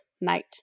night